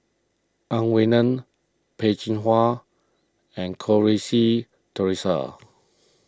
Ang Wei Neng Peh Chin Hua and Goh Rui Si theresa